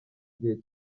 gihe